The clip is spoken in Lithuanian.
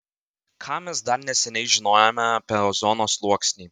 ką mes dar neseniai žinojome apie ozono sluoksnį